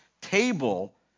table